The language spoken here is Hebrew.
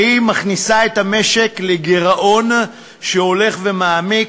והיא מכניסה את המשק לגירעון שהולך ומעמיק,